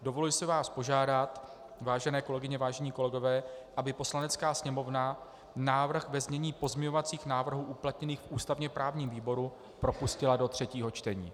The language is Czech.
Dovoluji si vás požádat, vážené kolegyně, vážení kolegové, aby Poslanecká sněmovna návrh ve znění pozměňovacích návrhů uplatněných v ústavněprávním výboru propustila do třetího čtení.